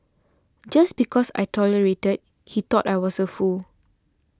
just because I tolerated he thought I was a fool